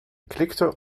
klikte